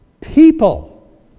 People